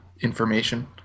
information